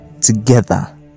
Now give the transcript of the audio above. together